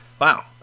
wow